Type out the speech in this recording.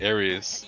Ares